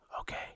Okay